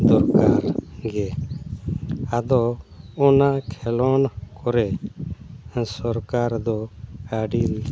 ᱫᱚᱨᱠᱟᱨᱜᱮ ᱟᱫᱚ ᱚᱱᱟ ᱠᱷᱮᱹᱞᱳᱰ ᱠᱚᱨᱮ ᱥᱚᱨᱠᱟᱨ ᱫᱚ ᱟᱹᱰᱤ